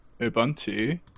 Ubuntu